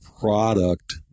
product